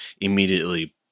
immediately